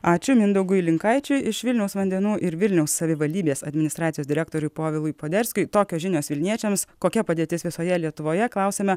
ačiū mindaugui linkaičiui iš vilniaus vandenų ir vilniaus savivaldybės administracijos direktoriui povilui poderskiui tokios žinios vilniečiams kokia padėtis visoje lietuvoje klausiame